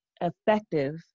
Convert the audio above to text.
effective